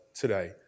today